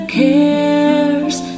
cares